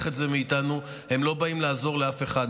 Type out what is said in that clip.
את זה מאיתנו לא באים לעזור לאף אחד,